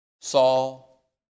Saul